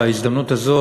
בהזדמנות הזאת,